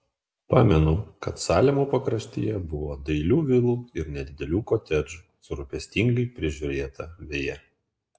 pamenu kad salemo pakraštyje buvo dailių vilų ir nedidelių kotedžų su rūpestingai prižiūrėta veja